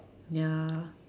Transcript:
ya